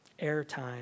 airtime